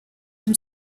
from